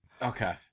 Okay